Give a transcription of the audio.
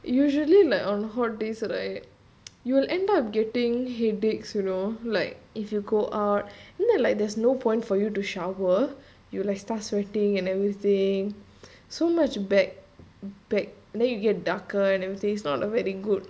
usually like on hot days right you will end up getting headaches you know like if you go out and then like there's no point for you to shower you like start sweating and everything so much back back and then you get darker and everything it's not very good